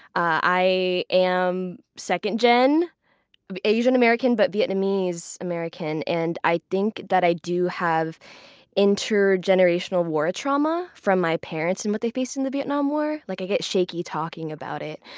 i am second gen asian-american, but vietnamese-american. and i think that i do have intergenerational war trauma from my parents and what they faced in the vietnam war. like i get shaky talking about it.